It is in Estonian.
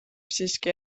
siiski